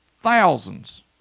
thousands